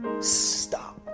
stop